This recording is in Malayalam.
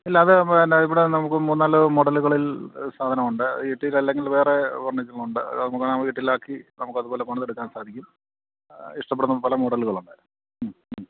ഇല്ല അത് പിന്നെ ഇവിടെ നമുക്ക് മൂന്നുനാല് മോഡലുകളിൽ സാധനം ഉണ്ട് ഈ ട്ടി യിൽ അല്ലെങ്കിൽ വേറെ ഉണ്ട് നമുക്ക് വീട്ടിലാക്കി നമുക്ക് അതുപോലെ പണിതെടുക്കാൻ സാധിക്കും ഇഷ്ടപ്പെടുന്ന പല മോഡലുകളുണ്ട്